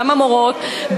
גם המורות,